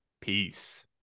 Peace